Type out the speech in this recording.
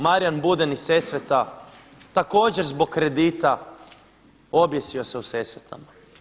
Marijan Buden iz Sesveta također zbog kredita objesio se u Sesvetama.